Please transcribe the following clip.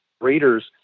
readers